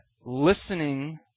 listening